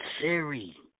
Siri